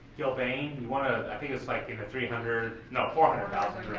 gillbane, i think it's like in the three hundred, no four hundred thousand,